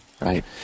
Right